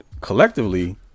collectively